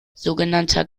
sogenannter